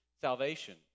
salvation